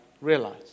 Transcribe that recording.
realize